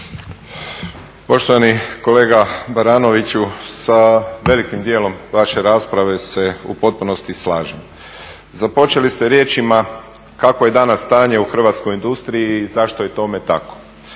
Poštovani kolega Baranoviću, sa velikim dijelom vaše rasprave se u potpunosti slažem. Započeli ste riječima kakvo je danas stanje u hrvatskoj industriji i zašto je tome tako.